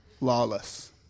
lawless